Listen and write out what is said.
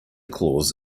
claus